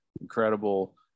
incredible